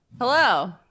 hello